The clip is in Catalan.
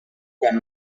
quan